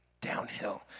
downhill